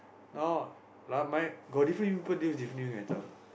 now like mine got different use doesn't really matter